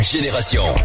Génération